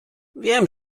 wiem